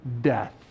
death